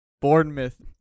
Bournemouth